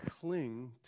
cling